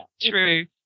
True